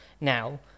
now